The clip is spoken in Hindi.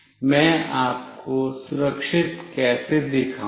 मैं आपको सुरक्षित कैसे दिखाऊँ